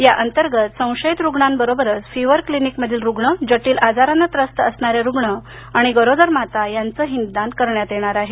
या अंतर्गत संशयित रुग्णांबरोबरच फिवर क्लिनिकमधील रुग्ण जटिल आजाराने त्रस्त असणारे रुग्ण तसेच गरोदर माता यांचेही निदान करण्यात येणार आहे